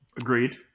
Agreed